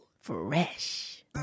fresh